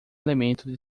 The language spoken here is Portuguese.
elemento